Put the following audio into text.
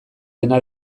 dena